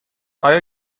آیا